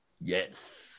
Yes